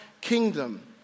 kingdom